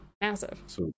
Massive